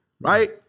Right